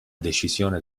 decisione